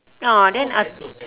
ya then I